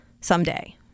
someday